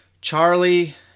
Charlie